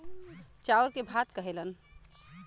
चाउर के भात कहेलन